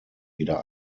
wieder